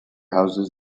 houses